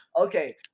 okay